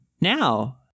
now